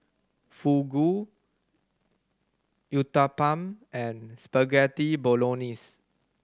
Fugu Uthapam and Spaghetti Bolognese